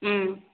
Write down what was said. ம்